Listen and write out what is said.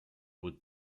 would